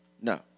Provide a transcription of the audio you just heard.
No